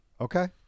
Okay